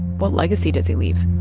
what legacy does he leave?